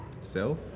self